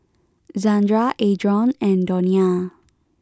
Zandra Adron and Donia